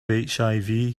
hiv